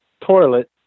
toilet